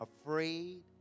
afraid